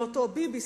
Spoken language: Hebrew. לאותו ביבי,